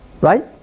Right